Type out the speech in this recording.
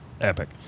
epic